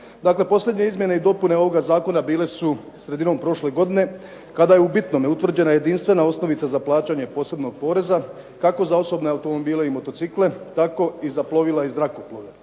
posljednje izmjene i dopune ovoga zakona bile su sredinom prošle godine kada je u bitnome utvrđena jedinstvena osnovica za plaćanje posebnog poreza kako za osobne automobile i motocikle, tako i za plovila i zrakoplove.